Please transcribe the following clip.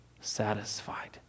satisfied